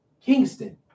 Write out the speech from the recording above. Kingston